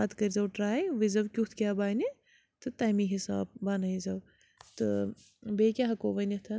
پَتہٕ کٔرۍزیو ٹرٛے وٕچھ زیو کیُتھ کیٛاہ بَنہِ تہٕ تمی حساب بَنٲۍزیو تہٕ بیٚیہِ کیٛاہ ہٮ۪کو ؤنِتھ